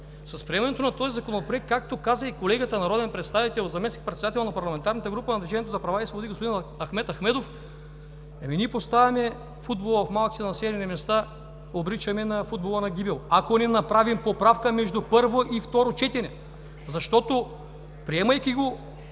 с приемането на този законопроект, както каза и колегата народен представител, заместник-председателят на парламентарната група на „Движението за права и свободи“ господин Ахмед Ахмедов, ами ние поставяме, обричаме футбола в малките населени места на гибел, ако не направим поправка между първо и второ четене! Защото, приемайки го